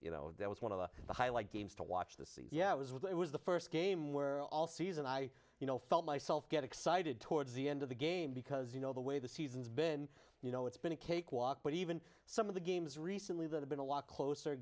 you know that was one of the highlight games to watch the c's yeah i was with it was the first game where all season i you know felt myself get excited towards the end of the game because you know the way the season's been you know it's been a cakewalk but even some of the games recently that have been a lot closer